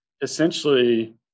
essentially